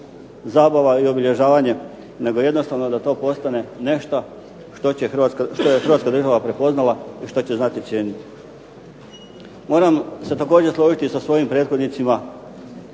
zabava i obilježavanje nego jednostavno da to postane nešto što je Hrvatska država prepoznala i što će znati cijeniti. Moram se također složiti sa svojim prethodnicima